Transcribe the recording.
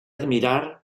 admirar